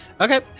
okay